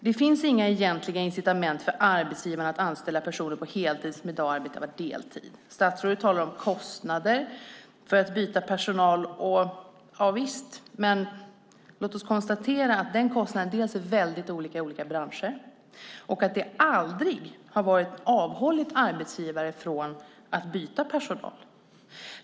Det finns inga egentliga incitament för arbetsgivarna att anställa personer på heltid som i dag arbetar deltid. Statsrådet talar om kostnader för att byta personal. Javisst, men låt oss konstatera att den kostnaden är väldigt olika i olika branscher och att den aldrig har avhållit arbetsgivare från att byta personal.